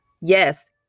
yes